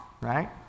right